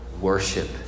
worship